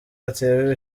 atewe